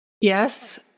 Yes